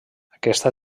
aquesta